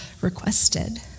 requested